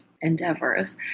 endeavors